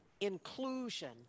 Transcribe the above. inclusion